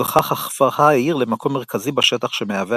ובכך הפכה העיר למקום מרכזי בשטח שמהווה